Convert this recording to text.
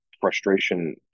frustration